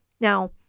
Now